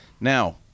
Now